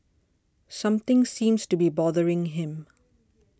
something seems to be bothering him